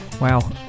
wow